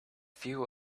few